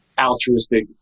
altruistic